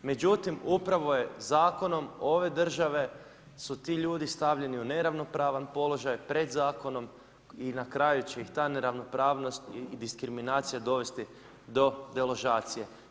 Međutim, upravo je zakonom ove države su ti ljudi stavljeni u neravnopravan položaj, pred zakonom i na kraju će ih ta neravnopravnost i diskriminacija dovesti do deložacije.